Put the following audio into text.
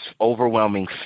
overwhelming